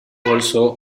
also